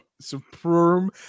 supreme